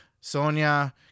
Sonia